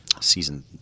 Season